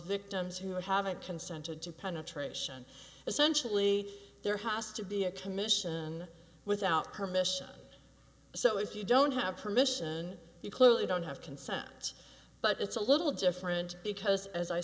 victims who haven't consented to penetration essentially there has to be a commission without permission so if you don't have permission you clearly don't have consent but it's a little different because as i